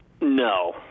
No